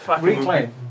Reclaim